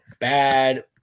bad